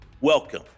Welcome